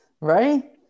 right